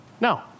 No